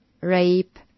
rape